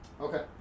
Okay